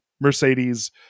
Mercedes